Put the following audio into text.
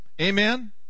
Amen